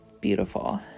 Beautiful